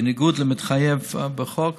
בניגוד למתחייב בחוק.